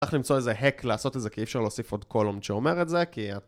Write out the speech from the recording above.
צריך למצוא איזה הק לעשות את זה כי אי אפשר להוסיף עוד קולום שאומר את זה כי...